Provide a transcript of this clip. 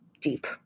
deep